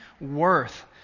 worth